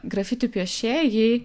grafiti piešėjai